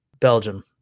Belgium